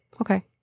okay